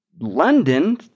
London